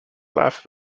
laugh